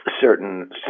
certain